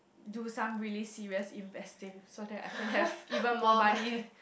do some really serious investing so that I can have given more money